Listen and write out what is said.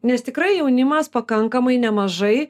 nes tikrai jaunimas pakankamai nemažai